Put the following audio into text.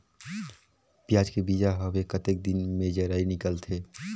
पियाज के बीजा हवे कतेक दिन मे जराई निकलथे?